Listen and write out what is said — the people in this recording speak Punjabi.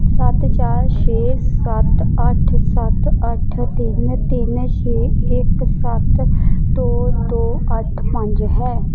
ਸੱਤ ਚਾਰ ਛੇ ਸੱਤ ਅੱਠ ਸੱਤ ਅੱਠ ਤਿੰਨ ਤਿੰਨ ਛੇ ਇੱਕ ਸੱਤ ਦੋ ਦੋ ਅੱਠ ਪੰਜ ਹੈ